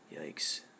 Yikes